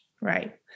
right